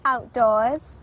Outdoors